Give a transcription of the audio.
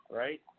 right